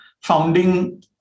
founding